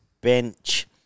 bench